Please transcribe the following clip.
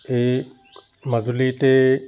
এই মাজুলীতে